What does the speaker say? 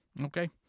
okay